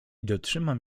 dotrzymam